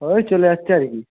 ওই চলে যাচ্ছে আর কী